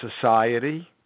society